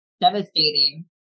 devastating